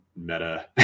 meta